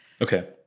Okay